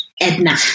Edna